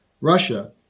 Russia